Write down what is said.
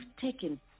taken